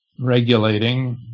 regulating